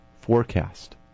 forecast